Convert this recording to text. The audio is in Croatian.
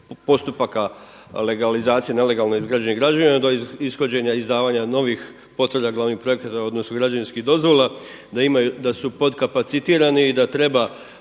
postupaka legalizacije nelegalno izgrađenih građevina do ishođenja i izdavanja novih potvrda glavnih projekata odnosno građevinskih dozvola, da su podkapacitirani i da treba